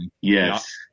Yes